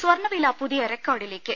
സ്വർണവില പുതിയ റിക്കോർഡിലേക്ക്